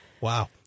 Wow